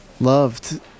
loved